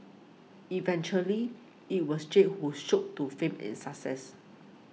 eventually it was Jake who shot to fame and success